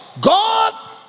God